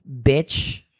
bitch